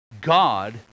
god